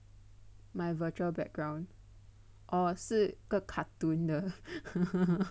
my virtual background oh 是一个 cartoon 的